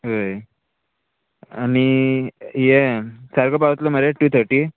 होय आनी यें सारको पावतलो मरे टू थर्टी